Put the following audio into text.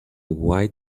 white